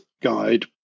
Guide